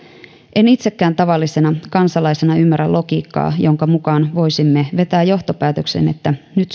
en itsekään tavallisena kansalaisena ymmärrä logiikkaa jonka mukaan voisimme vetää johtopäätöksen että nyt